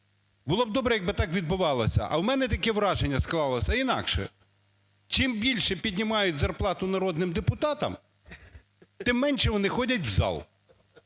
було б добре, якби так відбувалося. А в мене таке враження склалося інакше, чим більше піднімають зарплату народним депутатам, тим менше вони ходять в зал.